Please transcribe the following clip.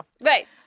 Right